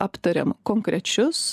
aptarėm konkrečius